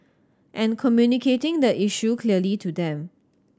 and communicating the issue clearly to them